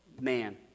man